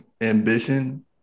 ambition